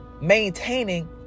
maintaining